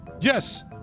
Yes